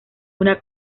una